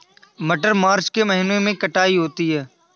मटर मार्च के महीने कटाई होती है?